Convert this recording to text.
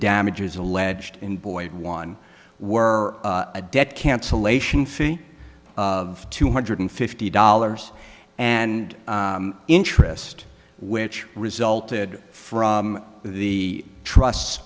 damages alleged in boyd one were a debt cancellation fee of two hundred fifty dollars and interest which resulted from the trust